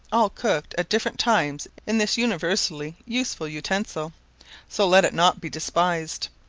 all cooked at different times in this universally useful utensil so let it not be despised.